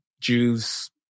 Jews